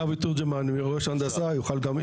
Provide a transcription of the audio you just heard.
אבי תורג'מן, ראש הנדסה, יוכל גם.